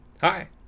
Hi